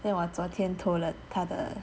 then 我昨天偷了他的